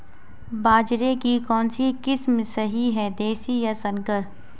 बाजरे की कौनसी किस्म सही हैं देशी या संकर?